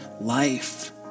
life